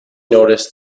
noticed